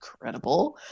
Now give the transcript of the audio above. incredible